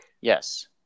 Yes